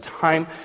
time